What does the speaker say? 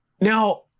Now